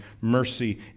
mercy